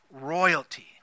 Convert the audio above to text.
royalty